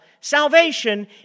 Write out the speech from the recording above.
salvation